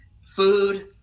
food